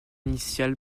initial